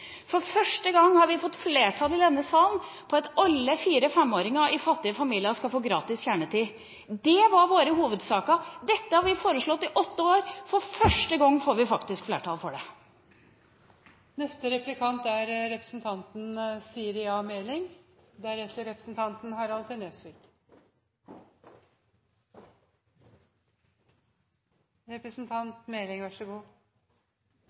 For første gang har vi fått flertall i denne salen for at alle fire- og femåringer i fattige familier skal få gratis kjernetid. Det var våre hovedsaker, dette har vi foreslått i åtte år, og for første gang får vi faktisk flertall for det. I samarbeidsavtalen i Nydalen fikk klima og miljø stort fokus, og partiene var enige om å overoppfylle klimaforliket. Det er